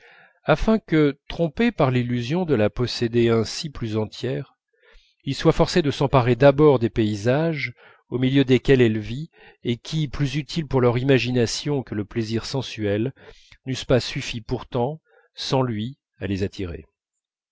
afin que trompés par l'illusion de la posséder ainsi plus entière ils soient forcés de s'emparer d'abord des paysages au milieu desquels elle vit et qui plus utiles pour leur imagination que le plaisir sensuel n'eussent pas suffi pourtant sans lui à les attirer